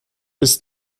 bis